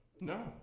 No